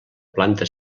planta